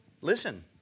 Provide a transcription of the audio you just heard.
Listen